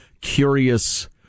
curious